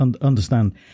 Understand